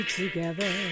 together